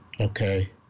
Okay